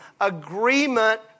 Agreement